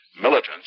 militants